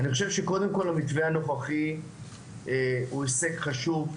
אני חושב שקודם כל המתווה הנוכחי הוא הישג חשוב.